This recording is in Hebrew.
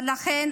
לכן,